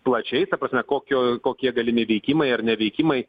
plačiai ta prasme kokio kokie galimi veikimai ar neveikimai